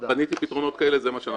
בניתי פתרונות כאלה, זה מה שאנחנו עושים.